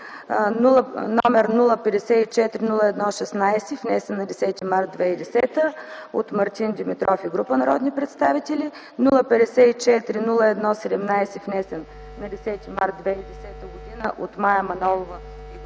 № 054-01-16, внесен на 10 март 2010 г. от Мартин Димитров и група народни представители, № 054-01-17, внесен на 10 март 2010 г. от Мая Манолова и група